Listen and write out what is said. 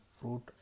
fruit